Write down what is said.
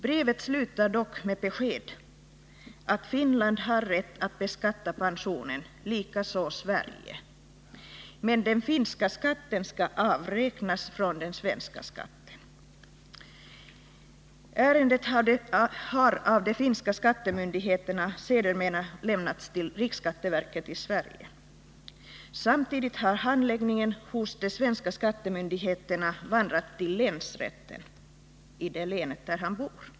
Brevet slutar dock med besked om att Finland har rätt att beskatta pensionen, likaså Sverige, men den finska skatten skall avräknas från den svenska skatten. Ärendet har av de finska skattemyndigheterna sedermera lämnats till riksskatteverket i Sverige. Samtidigt har handläggningen hos de svenska skattemyndigheterna vandrat till länsrätten i det län där mannen bor.